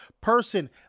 person